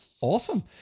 Awesome